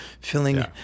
feeling